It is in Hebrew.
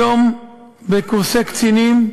היום בקורסי קצינים,